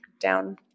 down